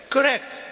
Correct